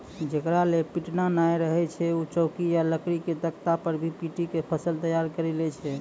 जेकरा लॅ पिटना नाय रहै छै वैं चौकी या लकड़ी के तख्ता पर भी पीटी क फसल तैयार करी लै छै